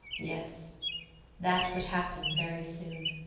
yes that would happen very soon.